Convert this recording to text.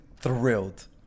thrilled